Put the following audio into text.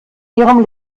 ihrem